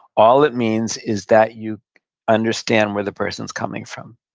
all it means is that you understand where the person's coming from,